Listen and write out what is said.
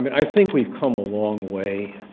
mean, i think we've come a long way,